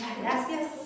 gracias